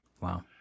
Wow